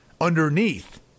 underneath